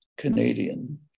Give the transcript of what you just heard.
Canadian